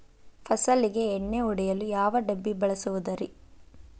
ಫಸಲಿಗೆ ಎಣ್ಣೆ ಹೊಡೆಯಲು ಯಾವ ಡಬ್ಬಿ ಬಳಸುವುದರಿ?